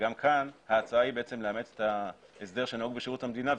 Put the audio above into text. וגם כאן ההצעה היא לאמץ את ההסדר שנהוג בשירות המדינה,